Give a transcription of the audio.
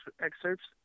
excerpts